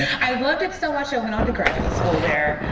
i loved it so much i went on to graduate school there.